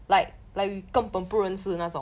l